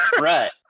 right